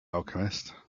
alchemist